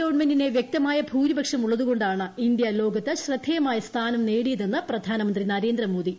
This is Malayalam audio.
ഗവൺമെന്റിന് വൃക്തമായ ഭൂരിപക്ഷം ഉള്ളതുകൊണ്ടാണ് ഇന്ത്യ ലോകത്ത് ശ്രദ്ധേയമായ സ്ഥാനം നേടിയതെന്ന് പ്രധാനമന്ത്രി നൂർഗ്രമോദി